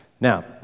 Now